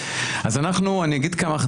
אז אנחנו, אני אגיד כמה דברים.